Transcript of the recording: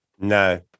No